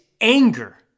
anger